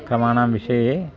क्रमाणां विषये